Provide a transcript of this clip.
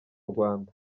rwanda